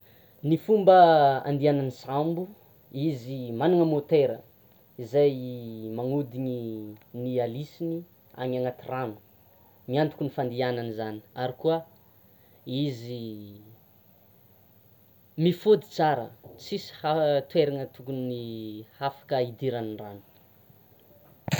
Ny fomba handihanan'ny sambo, izy manana moteura izay magnodina ny aliceny any anaty rano miantoka ny fandihanany zany, ary koa izy mifody tsara, tsisy toerana tokony hafaka hidiran'ny rano